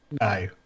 No